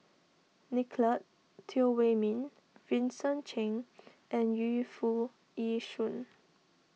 Nicolette Teo Wei Min Vincent Cheng and Yu Foo Yee Shoon